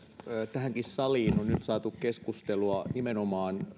tähänkin saliin on nyt saatu keskustelua nimenomaan